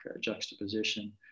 juxtaposition